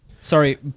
Sorry